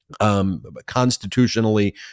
Constitutionally